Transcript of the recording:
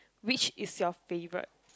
which is your favourite